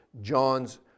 John's